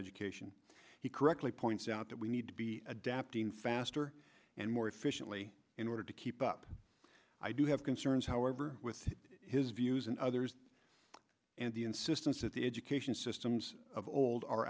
education he correctly points out that we need to be adapting faster and more efficiently in order to keep up i do have concerns however with his views and others and the insistence that the education systems of old are